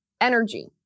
energy